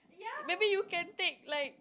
maybe you can take like